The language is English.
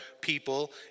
people